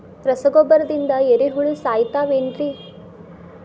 ರಸಗೊಬ್ಬರದಿಂದ ಏರಿಹುಳ ಸಾಯತಾವ್ ಏನ್ರಿ?